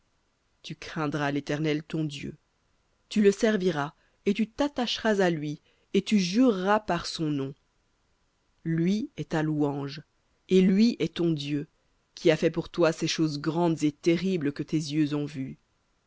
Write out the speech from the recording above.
tu craindras l'éternel ton dieu tu le serviras et tu t'attacheras à lui et tu jureras par son nom lui est ta louange et lui est ton dieu qui a fait pour toi ces choses grandes et terribles que tes yeux ont vues